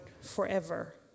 forever